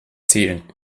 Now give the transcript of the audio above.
zielen